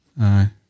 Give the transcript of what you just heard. Aye